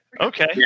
Okay